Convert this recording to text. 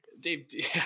Dave